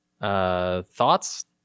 Thoughts